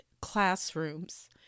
classrooms